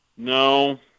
No